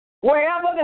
wherever